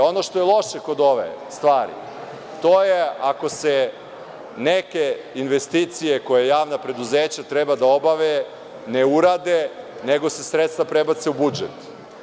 Ono što je loše kod ove stvari, to je ako se neke investicije koje javna preduzeća treba da obave ne urade, nego se sredstva prebace u budžet.